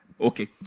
okay